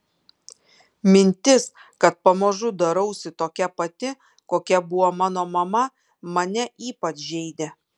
mintis kad pamažu darausi tokia pati kokia buvo mano mama mane ypač žeidė